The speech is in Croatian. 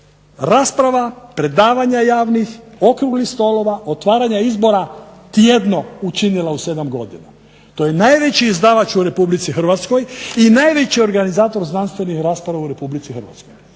rasprava, predavanja javnih, okruglih stolova, otvaranja izbora tjedno učinila u sedam godina. To je najveći izdavač u Republici Hrvatskoj i najveći organizator znanstvenih rasprava u Republici Hrvatskoj.